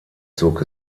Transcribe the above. zog